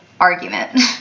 argument